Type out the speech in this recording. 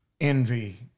envy